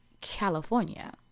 California